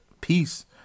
Peace